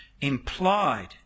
implied